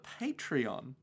Patreon